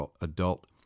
adult